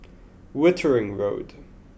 Wittering Road